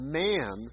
man